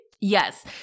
yes